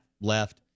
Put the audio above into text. left